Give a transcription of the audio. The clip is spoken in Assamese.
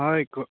হয় ক